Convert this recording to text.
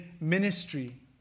ministry